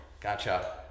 Gotcha